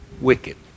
wicked